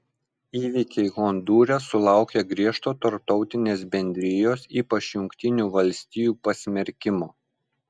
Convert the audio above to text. įvykiai hondūre sulaukė griežto tarptautinės bendrijos ypač jungtinių valstijų pasmerkimo